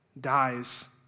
dies